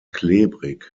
klebrig